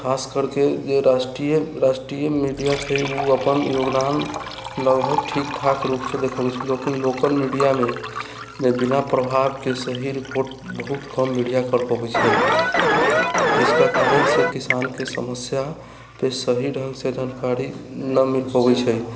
खास करके जे राष्ट्रीय मीडिया छै ओ अपन योगदान लगभग ठीक ठाक रुपसँ देखबैत छै लेकिन लोकल मीडियामे बिना प्रभावके सही रिपोर्ट बहुत कम मीडिया कर पबैत छै जिसका कारणसँ किसानके समस्याके सही ढङ्गसँ जानकारि नहि मिल पबैत छै